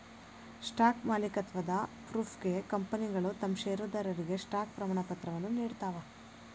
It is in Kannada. ಸ್ಟಾಕ್ ಮಾಲೇಕತ್ವದ ಪ್ರೂಫ್ಗೆ ಕಂಪನಿಗಳ ತಮ್ ಷೇರದಾರರಿಗೆ ಸ್ಟಾಕ್ ಪ್ರಮಾಣಪತ್ರಗಳನ್ನ ನೇಡ್ತಾವ